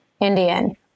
Indian